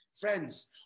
Friends